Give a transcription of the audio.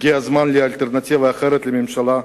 הגיע הזמן לאלטרנטיבה לממשלה,